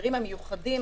באתגרים המיוחדים